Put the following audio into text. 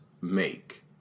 make